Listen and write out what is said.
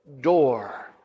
door